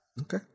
Okay